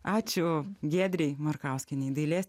ačiū giedrei markauskienei dailės